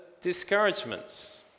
discouragements